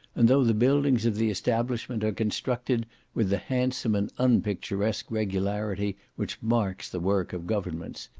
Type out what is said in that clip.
and though the buildings of the establishment are constructed with the handsome and unpicturesque regularity which marks the work of governments,